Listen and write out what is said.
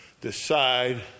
decide